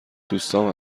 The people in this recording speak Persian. دوستام